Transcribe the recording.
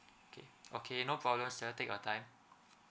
okay okay no problem sir take your time